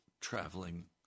traveling